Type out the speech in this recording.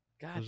God